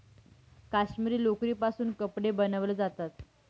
काश्मिरी लोकरीपासून कपडे बनवले जातात